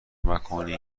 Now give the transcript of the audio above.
مکانی